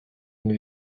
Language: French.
une